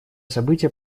события